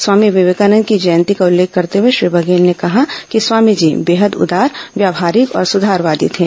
स्वामी विवेकानंद की जयंती का उल्लेख करते हुए श्री बघेल ने कहा कि स्वामी जी बेहद उदार व्यावहारिक और सुधारवादी थे